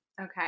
okay